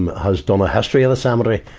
has done a history of the cemetery,